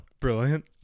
Brilliant